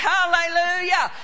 Hallelujah